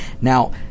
Now